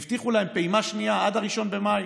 הבטיחו להם פעימה שנייה עד 1 במאי,